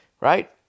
Right